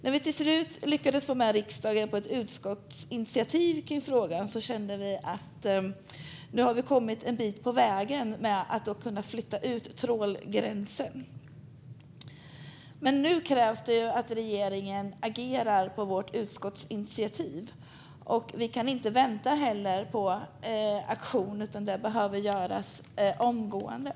När vi till slut lyckades få med riksdagen på ett utskottsinitiativ i frågan kände vi att vi hade kommit en bit på vägen när det gäller att flytta ut trålgränsen. Men nu krävs att regeringen agerar på vårt utskottsinitiativ. Vi kan inte vänta på aktion, utan det behöver ske omgående.